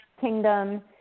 kingdom